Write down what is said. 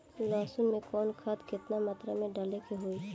लहसुन में कवन खाद केतना मात्रा में डाले के होई?